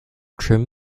trim